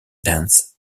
dense